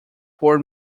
four